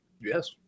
Yes